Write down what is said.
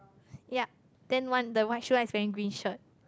yeap then one the white shoe one is wearing green shirt